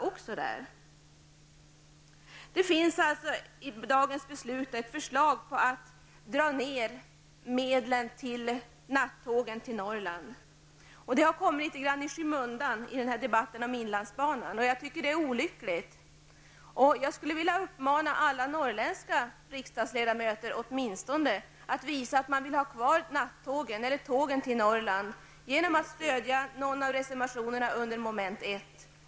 Det föreligger alltså ett förslag om att dra ned på medlen till nattågen till Norrland. Den frågan har i debatten kommit i skymundan för debatten om inlandsbanan, och det är olyckligt. Jag uppmanar alla norrländska riksdagsledamöter att åtminstone visa att de vill ha kvar nattågen till Norrland, och det kan de göra genom att stödja någon av reservationerna under mom. 1.